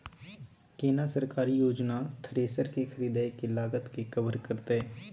केना सरकारी योजना थ्रेसर के खरीदय के लागत के कवर करतय?